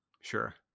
sure